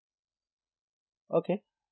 okay